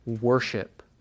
worship